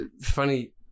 Funny